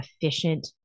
efficient